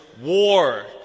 war